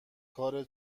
کار